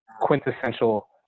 quintessential